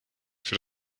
für